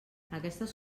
aquestes